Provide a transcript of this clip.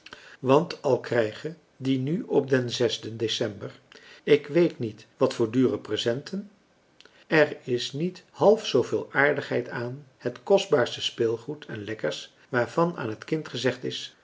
want al krijgen die nu op den zesden december ik weet niet wat voor dure presenten er is niet half zooveel aardigheid aan het kostbaarste speelgoed en lekkers waarvan aan het kind gezegd is